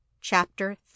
Chapter